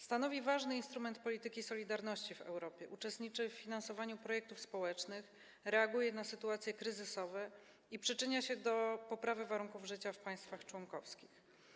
Stanowi ważny instrument polityki solidarności w Europie, uczestniczy w finansowaniu projektów społecznych, reaguje na sytuacje kryzysowe i przyczynia się do poprawy warunków życia w państwach członkowskich.